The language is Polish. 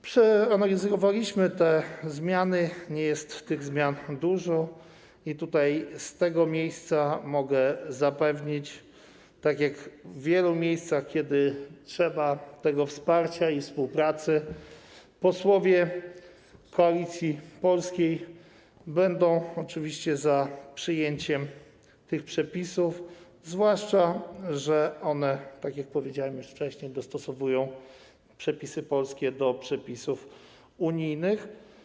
Przenalizowaliśmy te zmiany, nie jest ich dużo i z tego miejsca mogę zapewnić, tak jak w wielu przypadkach, kiedy trzeba tego wsparcia i współpracy, posłowie Koalicji Polskiej będą za przyjęciem tych przepisów, zwłaszcza że one, tak jak powiedziałem już wcześniej, dostosowują przepisy polskie do przepisów unijnych.